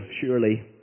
surely